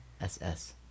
SS